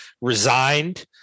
resigned